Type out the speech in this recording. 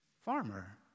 farmer